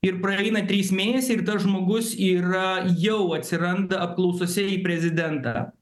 ir praeina trys mėnesiai ir tas žmogus yra jau atsiranda apklausose į prezidentą